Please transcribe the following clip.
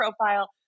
profile